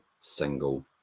single